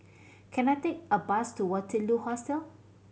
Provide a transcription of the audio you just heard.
can I take a bus to Waterloo Hostel